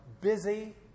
busy